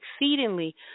exceedingly